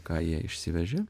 ką jie išsivežė